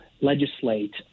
Legislate